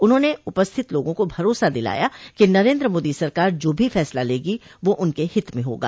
उन्होंने उपस्थित लोगों को भरोसा दिलाया कि नरेन्द्र मोदी सरकार जो भी फैसला लेगी वह उनके हित में होगा